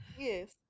Yes